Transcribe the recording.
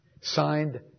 Signed